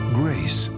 grace